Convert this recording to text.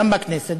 גם בכנסת,